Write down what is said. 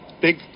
Big